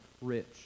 rich